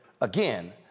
again